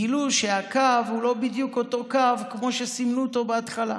גילו שהקו הוא לא בדיוק אותו קו כמו שסימנו אותו בהתחלה.